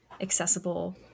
accessible